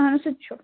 سُہ تہِ چھُ